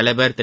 தலைவர் திரு